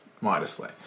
modestly